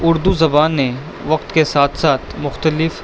اردو زبان نے وقت کے ساتھ ساتھ مختلف